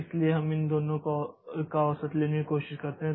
इसलिए हम इन दोनों का औसत लेने की कोशिश करते हैं